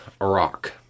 Iraq